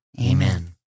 Amen